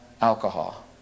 alcohol